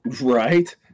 Right